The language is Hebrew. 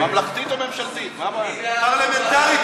פרלמנטרית,